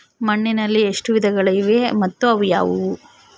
ಮಣ್ಣಿನಲ್ಲಿ ಎಷ್ಟು ವಿಧಗಳಿವೆ ಮತ್ತು ಅವು ಯಾವುವು?